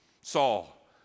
Saul